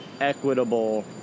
equitable